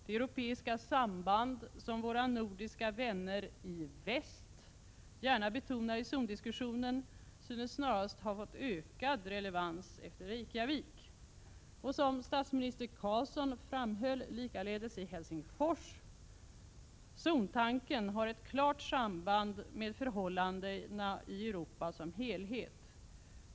Det europeiska samband som våra nordiska vänner i väst gärna betonar i zondiskussionen synes snarast ha fått ökad relevans efter Reykjavik. Som statsminister Carlsson framhöll, likaledes i Helsingfors: ”Zontanken har ett klart samband med förhållandena i Europa som helhet.